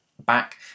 back